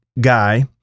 guy